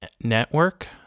Network